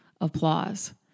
Applause